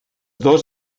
dos